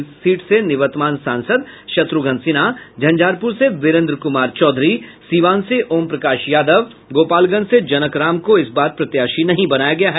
Patna Sahib seat से निवर्तमान सांसद शत्रुघ्न सिन्हा झंझारपुर से विरेन्द्र कुमार चौधरी सिवान से ओम प्रकाश यादव गोपालगंज से जनक राम को इस बार प्रत्याशी नहीं बनाया गया है